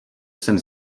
jsem